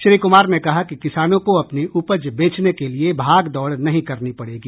श्री कुमार ने कहा कि किसानों को अपनी उपज बेचने के लिए भागदौड़ नहीं करनी पड़ेगी